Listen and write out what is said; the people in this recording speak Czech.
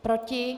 Proti?